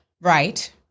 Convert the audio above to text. Right